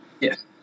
Yes